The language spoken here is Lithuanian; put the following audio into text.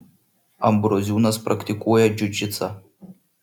ambroziūnas praktikuoja džiudžitsą